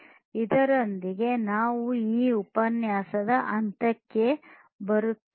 ಇದರೊಂದಿಗೆ ನಾವು ಈ ಉಪನ್ಯಾಸದ ಅಂತ್ಯಕ್ಕೆ ಬರುತ್ತೇವೆ